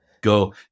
go